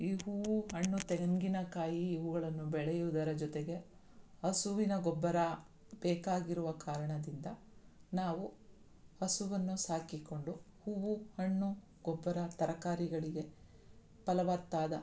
ಈ ಹೂ ಹಣ್ಣು ತೆಂಗಿನಕಾಯಿ ಇವುಗಳನ್ನು ಬೆಳೆಯುವುದರ ಜೊತೆಗೆ ಹಸುವಿನ ಗೊಬ್ಬರ ಬೇಕಾಗಿರುವ ಕಾರಣದಿಂದ ನಾವು ಹಸುವನ್ನು ಸಾಕಿಕೊಂಡು ಹೂವು ಹಣ್ಣು ಗೊಬ್ಬರ ತರಕಾರಿಗಳಿಗೆ ಫಲವತ್ತಾದ